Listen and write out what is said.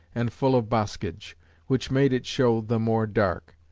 and full of boscage which made it show the more dark.